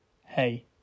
Hey